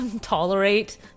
Tolerate